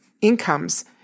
incomes